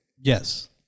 Yes